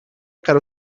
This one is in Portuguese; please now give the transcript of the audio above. quero